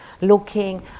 looking